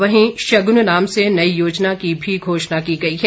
वहीं शग्न नाम से नई योजना की भी घोषणा की गई है